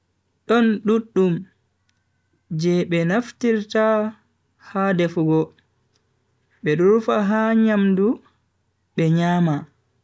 Don duddum je be naftirta ha defugo, bedo rufa ha nyamdu be nyama.